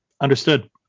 Understood